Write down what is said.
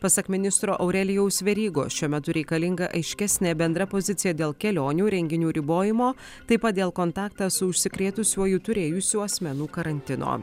pasak ministro aurelijaus verygos šiuo metu reikalinga aiškesnė bendra pozicija dėl kelionių renginių ribojimo taip pat dėl kontaktą su užsikrėtusiuoju turėjusių asmenų karantino